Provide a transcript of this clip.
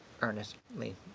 Earnestly